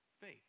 Faith